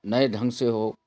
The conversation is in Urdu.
نئے ڈھنگ سے ہو